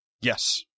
Yes